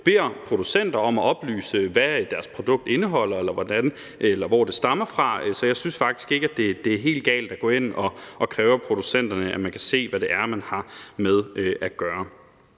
beder producenter om at oplyse, hvad deres produkt indeholder, eller hvor det stammer fra. Så jeg synes faktisk ikke, at det er helt galt at gå ind og kræve af producenterne, at man kan se, hvad det er, man har med at gøre.